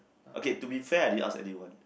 okay to be fair the outstanding one